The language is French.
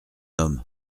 homme